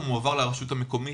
הוא מועבר לרשות המקומית,